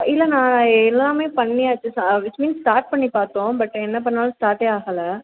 இல்லை அண்ணா எல்லாமே பண்ணியாச்சு சா விச் மீன்ஸ் ஸ்டார்ட் பண்ணி பார்த்தோம் பட் என்ன பண்ணாலும் ஸ்டார்ட்டே ஆகல